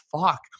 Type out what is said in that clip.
fuck